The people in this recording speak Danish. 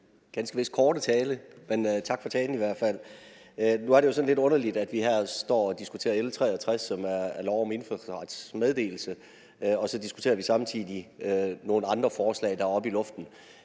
ganske vist korte tale, men tak for talen i hvert fald. Nu er det jo sådan lidt underligt, at vi her står og diskuterer L 63, som er lov om indfødsrets meddelelse, og at så diskuterer vi samtidig nogle andre forslag, der er oppe i luften.